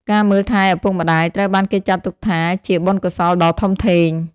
ការមើលថែឪពុកម្តាយ ត្រូវបានគេចាត់ទុកថាជាបុណ្យកុសលដ៏ធំធេង។